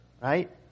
right